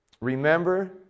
Remember